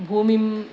भूमिम्